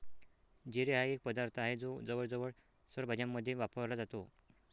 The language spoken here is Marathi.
जिरे हा एक पदार्थ आहे जो जवळजवळ सर्व भाज्यांमध्ये वापरला जातो